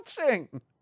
watching